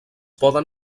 poden